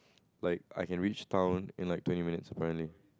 like I can reach town in like twenty minutes apparently